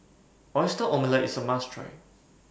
Oyster Omelette IS A must Try